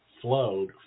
flowed